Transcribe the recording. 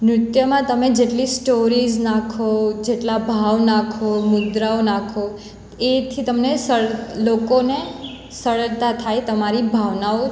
નૃત્યમાં તમે જેટલી સ્ટોરિઝ નાખો જેટલા ભાવ નાખો મુદ્રાઓ નાખો એથી તમને લોકોને સરળતા થાય તમારી ભાવનાઓ